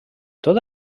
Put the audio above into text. tot